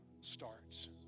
starts